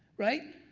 right,